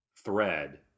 thread